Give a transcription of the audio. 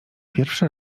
pierwszy